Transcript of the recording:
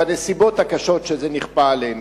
בנסיבות הקשות שזה נכפה עלינו.